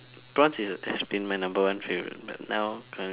prawns is a has been my number one favourite but now currently